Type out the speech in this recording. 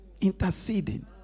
interceding